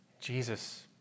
Jesus